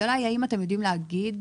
האם אתם יודעים להגיד